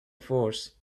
force